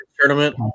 tournament